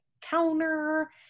counter